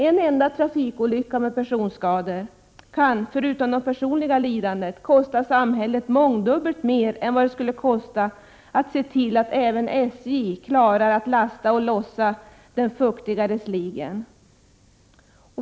En enda trafikolycka med personskador kan, förutom det personliga lidandet, kosta samhället mångdubbelt mer än vad det skulle kosta att se till att även SJ klarar att lasta och lossa den fuktigare sligen.